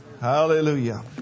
Hallelujah